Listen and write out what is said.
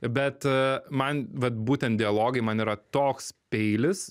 bet man vat būtent dialogai man yra toks peilis